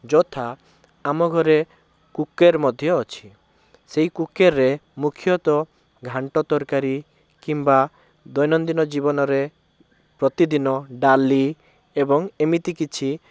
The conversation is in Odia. ଯଥା ଆମ ଘରେ କୁକର ମଧ୍ୟ ଅଛି ସେଇ କୁକରରେ ମୁଖ୍ୟତଃ ଘାଣ୍ଟ ତରକାରୀ କିମ୍ବା ଦୈନନ୍ଦୀନ ଜୀବନରେ ପ୍ରତିଦିନ ଡାଲି ଏବଂ ଏମିତି କିଛି